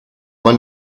man